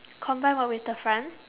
combine what with the front